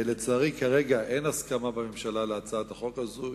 לצערי, כרגע אין הסכמה בממשלה להצעת החוק הזאת.